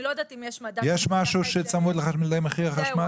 אני לא יודעת אם יש --- יש משהו שצמוד למחיר החשמל?